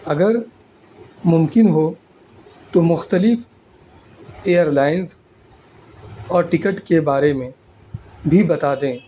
اگر ممکن ہو تو مختلف ایئرلائنس اور ٹکٹ کے بارے میں بھی بتا دیں